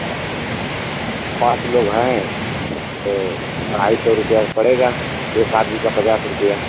और और पाँच लोग हैं तो अढाई सौ रुपिया पड़ेगा एक आदमी का पचास रुपिया